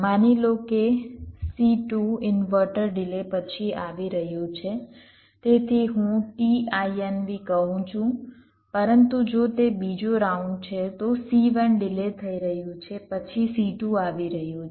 માની લો કે C2 ઇન્વર્ટર ડિલે પછી આવી રહ્યું છે તેથી હું t inv કહું છું પરંતુ જો તે બીજો રાઉન્ડ છે તો C1 ડિલે થઈ રહ્યું છે પછી C2 આવી રહ્યું છે